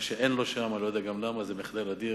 מה שאין לו שם, אני לא יודע למה, זה מחדל אדיר,